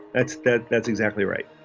that's that that's exactly right